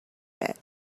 bit